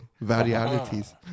Varieties